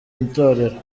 itorero